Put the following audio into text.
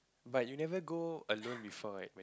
but you never go alone before right